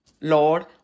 Lord